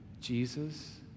Jesus